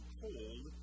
cold